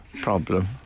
problem